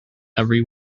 every